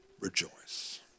rejoice